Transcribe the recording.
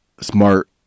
smart